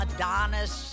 Adonis